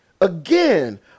Again